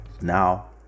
now